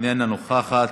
אינה נוכחת,